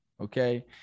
Okay